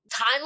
timeline